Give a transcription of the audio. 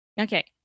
Okay